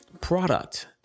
product